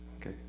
okay